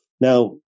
Now